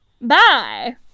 Bye